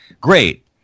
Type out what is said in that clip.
Great